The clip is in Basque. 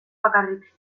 bakarrik